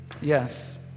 Yes